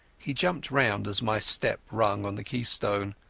he jumped round as my step rung on the keystone,